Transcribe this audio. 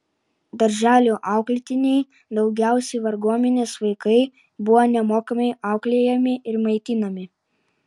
darželių auklėtiniai daugiausiai varguomenės vaikai buvo nemokamai auklėjami ir maitinami